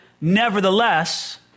Nevertheless